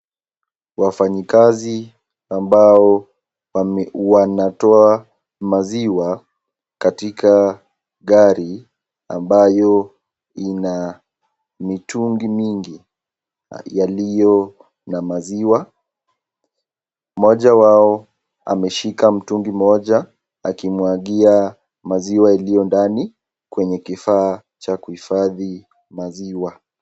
Wafanyikazi ambao wanatoa maziwa katika gari ambayo ina mitungi mingi yaliyo na maziwa. Moja wao ameshika mtungi moja akimwagia maziwa iliyo ndani kwenye kifaa cha kuhifadhi maziwa.